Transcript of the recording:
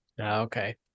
Okay